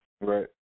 Right